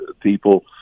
people